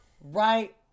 right